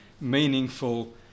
meaningful